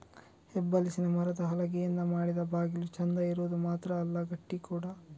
ಹೆಬ್ಬಲಸಿನ ಮರದ ಹಲಗೆಯಿಂದ ಮಾಡಿದ ಬಾಗಿಲು ಚಂದ ಇರುದು ಮಾತ್ರ ಅಲ್ಲ ಗಟ್ಟಿ ಕೂಡಾ